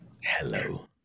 Hello